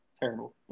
Terrible